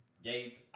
Gates